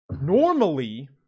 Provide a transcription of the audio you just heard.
normally